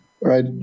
Right